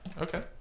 Okay